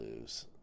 lose